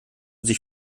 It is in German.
sich